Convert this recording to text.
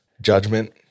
judgment